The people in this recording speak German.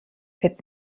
wird